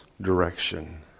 direction